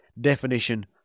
definition